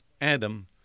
Adam